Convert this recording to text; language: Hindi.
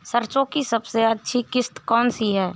सरसो की सबसे अच्छी किश्त कौन सी है?